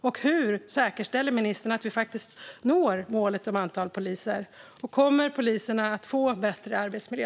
Och hur säkerställer ministern att vi faktiskt når målet om antal poliser? Och kommer poliserna att få bättre arbetsmiljö?